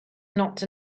not